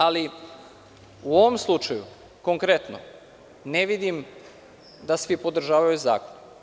Ali, u ovom slučaju konkretno, ne vidim da svi podržavaju ovaj zakon.